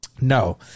No